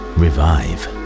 revive